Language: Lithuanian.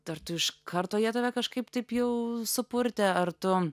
ar tu iš karto jie tave kažkaip taip jau supurtė ar tu